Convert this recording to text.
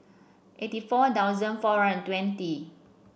eighty four thousand four and twenty